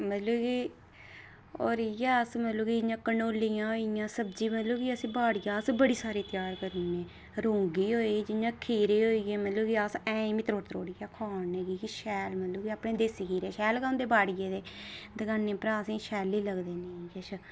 मतलब कि होर इयै अस घंडोलियां होई गेइयां सब्ज़ी कि अस कि बाड़िया अस बड़ी सारी तेआर करने रौंगी होई जि'यां खीरे होई गे मतलब अस ऐहीं बी त्रोड़ी त्रोड़ियै खाने मिगी शैल की अपने देसी खीरे शैल गै होंदे बाड़िये दे दकानें परा असेंगी शैल निं लगदे हैन